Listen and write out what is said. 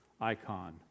icon